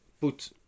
put